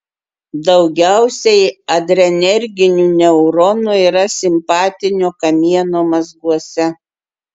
daugiausiai adrenerginių neuronų yra simpatinio kamieno mazguose